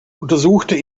untersuchte